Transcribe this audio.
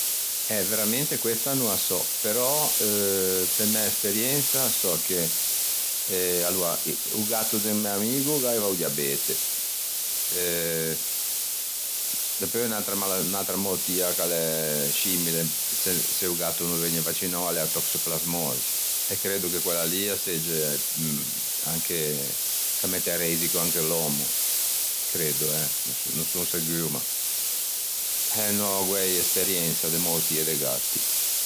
Eh veramente questa no a so, però pe mæ esperiensa so che o gatto de un mæ amigo o gh'aiva o diabete, dapeu unn'atra moutia scimile se o gatto o no vëgne vaccinou a l'é a toxoplasmosi e creddo che quella lì a segge, ch'a mette a reisigo anche l'òmmo, creddo eh, no son seguo ma eh n'ò guæi esperiensa de moutie de gatti.